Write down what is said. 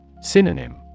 Synonym